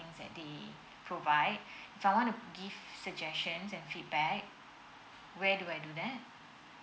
things that they provide so I wanna give suggestions and feedback where do I do that